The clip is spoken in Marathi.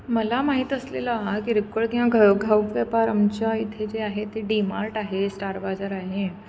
मला माहीत असलेला किरकोळ किंवा घाव घाऊक व्यापार आमच्या इथे जे आहे ते डीमार्ट आहे स्टारबाजार आहे